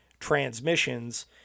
Transmissions